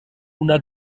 una